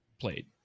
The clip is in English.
played